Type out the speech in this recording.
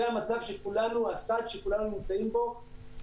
זה המצב שכולנו, הצד שכולנו נמצאים בו.